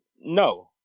No